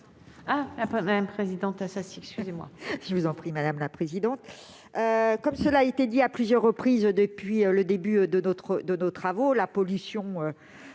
Comme cela a été dit à plusieurs reprises depuis le début de nos travaux, la pollution